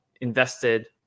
invested